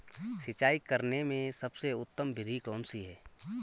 सिंचाई करने में सबसे उत्तम विधि कौन सी है?